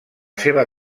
seva